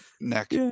neck